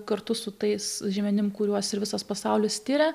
kartu su tais žymenim kuriuos ir visas pasaulis tiria